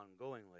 ongoingly